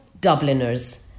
Dubliners